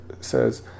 says